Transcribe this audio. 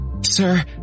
Sir